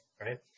right